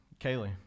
Kaylee